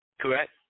Correct